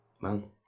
man